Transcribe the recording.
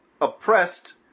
oppressed